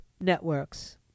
networks